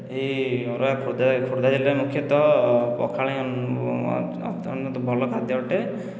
ଏହି ଅରୁଆ ଖୋର୍ଦ୍ଧାରେ ଖୋର୍ଦ୍ଧା ଜିଲ୍ଲାରେ ମୁଖ୍ୟତଃ ପଖାଳ ହିଁ ଅତ୍ୟନ୍ତ ଭଲ ଖାଦ୍ୟ ଅଟେ